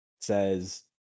says